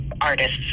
artists